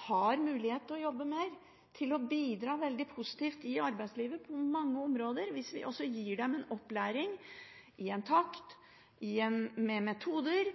har mulighet til å jobbe mer, til å bidra positivt i arbeidslivet på mange områder, hvis vi gir dem opplæring i en takt, med metoder